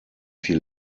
viel